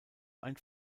ein